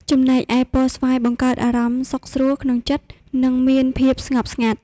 ចំណែកឯពណ៌ស្វាយបង្កើតអារម្មណ៍សុខស្រួលក្នុងចិត្ត និងមានភាពស្ងប់ស្ងាត់។